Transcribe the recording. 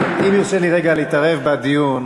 אם יורשה לי רגע להתערב בדיון,